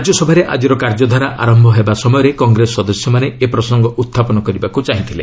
ରାଜ୍ୟସଭାରେ ଆଜିର କାର୍ଯ୍ୟଧାରା ଆରମ୍ଭ ହେବା ସମୟରେ କଂଗ୍ରେସ ସଦସ୍ୟମାନେ ଏ ପ୍ରସଙ୍ଗ ଉତ୍ଥାପନ କରିବାକୁ ଚାହିଥିଲେ